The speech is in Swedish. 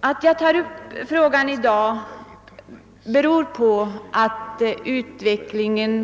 Att jag tar upp det ämnet i dag beror på att utvecklingen